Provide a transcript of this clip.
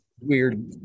Weird